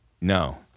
No